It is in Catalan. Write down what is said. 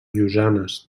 llosanes